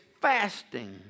Fasting